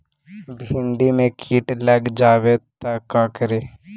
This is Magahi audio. भिन्डी मे किट लग जाबे त का करि?